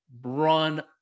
run